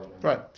right